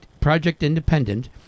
project-independent